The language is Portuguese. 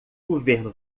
governo